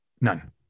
none